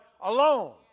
alone